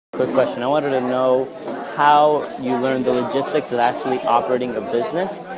quick question, i wanted to know how you learn the logistics of actually operating a business.